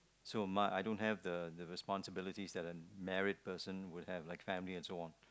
so my I don't have the the responsibility that a married person would have like family and so on